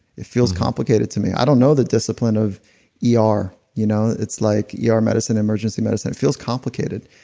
it feels complicated to me. i don't know the discipline of yeah ah er. you know it's like yeah er medicine, emergency medicine. it feels complicated.